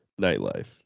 nightlife